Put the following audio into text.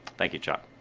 thank you, chuck.